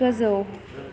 गोजौ